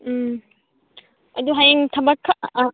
ꯎꯝ ꯑꯗꯨ ꯍꯌꯦꯡ ꯊꯕꯛ